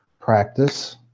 practice